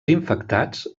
infectats